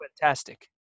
fantastic